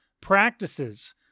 practices